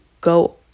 go